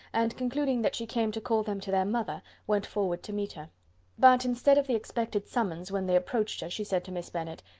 and, concluding that she came to call them to their mother, went forward to meet her but, instead of the expected summons, when they approached her, she said to miss bennet,